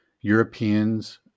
Europeans